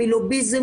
מלוביזם,